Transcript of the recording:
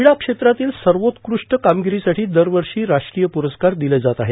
क्रीडा क्षेत्रातील सर्वोत्कृष्ट कामगिरीसाठी दरवर्षी राष्ट्रीय पुरस्कार दिले जात आहेत